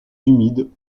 humides